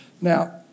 Now